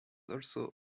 also